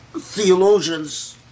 theologians